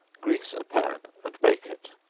grease a pan and bake it,